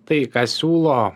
tai ką siūlo